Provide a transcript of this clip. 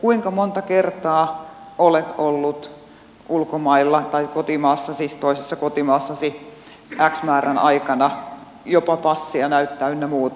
kuinka monta kertaa olet ollut ulkomailla tai kotimaassasi toisessa kotimaassasi x määrän aikana jopa passia näyttää ynnä muuta